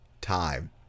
time